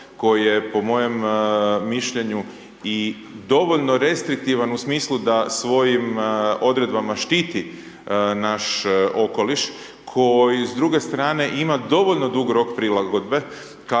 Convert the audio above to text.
koji je po mojem mišljenju i dovoljno restriktivan u smislu da svojim odredbama štiti naš okoliš koji s druge strane ima dovoljno dug rok prilagodbe